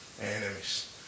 enemies